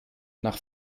nach